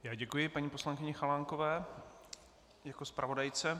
Já děkuji paní poslankyni Chalánkové jako zpravodajce.